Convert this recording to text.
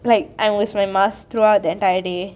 like I must wear mask throughout the entire day